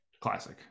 classic